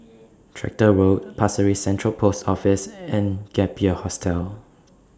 Tractor Road Pasir Ris Central Post Office and Gap Year Hostel